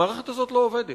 המערכת הזאת לא עובדת.